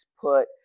put